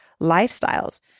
lifestyles